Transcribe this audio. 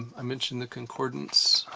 i mentioned the concordance.